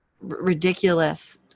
ridiculous